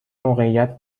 موقعیت